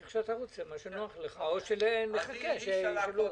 איך שאתה רוצה, מה שנוח לך, או שנחכה שישאלו.